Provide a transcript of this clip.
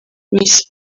miss